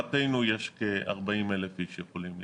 להערכתנו, 40,000 איש יכולים להיכנס.